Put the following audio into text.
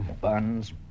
Buns